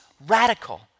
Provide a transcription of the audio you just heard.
radical